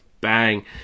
bang